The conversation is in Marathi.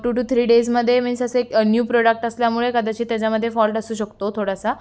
टू टू थ्री डेजमध्ये मीन्स असे न्यू प्रॉडक्ट असल्यामुळे कदाचित त्याच्यामध्ये फॉल्ट असू शकतो थोडासा